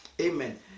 Amen